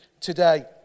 today